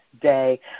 day